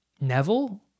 Neville